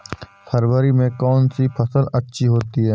फरवरी में कौन सी फ़सल अच्छी होती है?